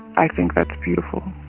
i think that's beautiful